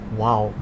wow